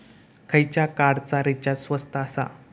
खयच्या कार्डचा रिचार्ज स्वस्त आसा?